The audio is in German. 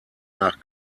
nach